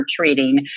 treating